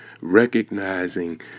recognizing